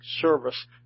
service